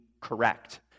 correct